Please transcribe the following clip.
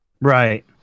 Right